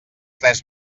tres